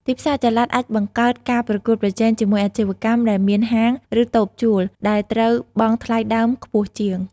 ទីផ្សារចល័តអាចបង្កើតការប្រកួតប្រជែងជាមួយអាជីវកម្មដែលមានហាង ឬតូបជួល ដែលត្រូវបង់ថ្លៃដើមខ្ពស់ជាង។